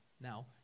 now